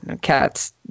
cat's